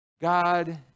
God